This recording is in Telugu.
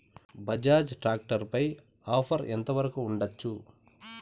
బజాజ్ టాక్టర్ పై ఆఫర్ ఎంత వరకు ఉండచ్చు?